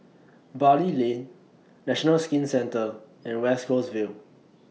Bali Lane National Skin Centre and West Coast Vale